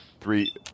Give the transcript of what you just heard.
Three